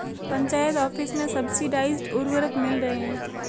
panchayat office में subsidised उर्वरक मिल रहे हैं